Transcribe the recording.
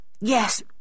Yes